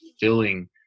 filling